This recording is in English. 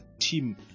team